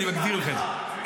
במשפט אחד.